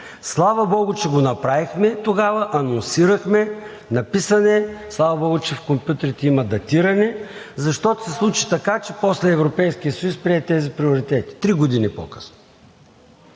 Слава богу, че го направихме тогава, анонсирахме, написан е. Слава богу, че в компютрите има датиране, защото се случи така, че после Европейският съюз прие тези приоритети три години по-късно.